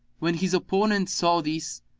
when his opponent saw this,